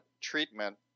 treatment